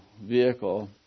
vehicle